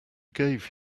gave